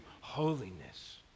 holiness